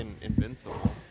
Invincible